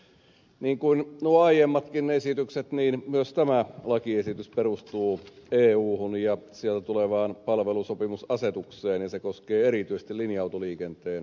niin kuin nuo aiemmatkin esitykset myös tämä lakiesitys perustuu euhun ja sieltä tulevaan palvelusopimusasetukseen ja se koskee erityisesti linja autoliikenteen järjestämistä